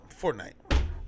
Fortnite